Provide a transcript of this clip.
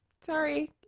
Sorry